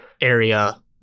area